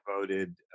voted